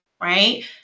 right